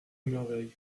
merveille